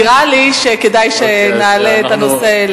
נראה לי שכדאי שנעלה את הנושא,